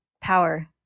Power